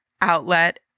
outlet